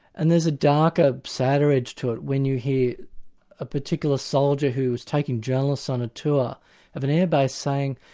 and there's a darker, sadder edge to when you hear a particular soldier, who was taking journalists on a tour of an air base saying,